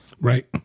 right